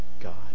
God